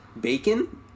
Bacon